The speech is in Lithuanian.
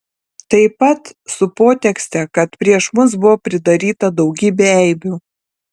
tai taip pat su potekste kad prieš mus buvo pridaryta daugybė eibių